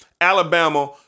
Alabama